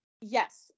Yes